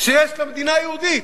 שיש למדינה היהודית,